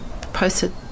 posted